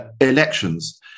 elections